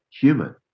human